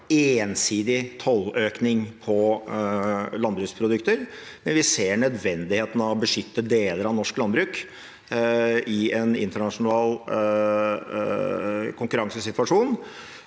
ensidig tolløkning på landbruksprodukter. Vi ser nødvendigheten av å beskytte deler av norsk landbruk i en internasjonal konkurransesituasjon